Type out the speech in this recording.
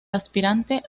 aspirante